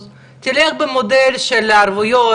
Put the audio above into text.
וזה לכאורה לא נוגע אלינו.